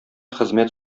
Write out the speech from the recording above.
хезмәт